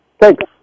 Thanks